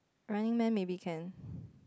Running-Man maybe can